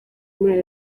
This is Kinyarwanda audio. muri